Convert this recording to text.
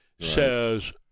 says